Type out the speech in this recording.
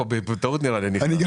במפורש?